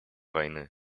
войны